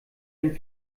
ein